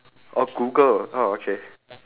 oh Google oh okay